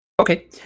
Okay